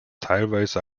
teilweise